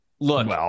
Look